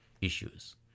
issues